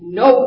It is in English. no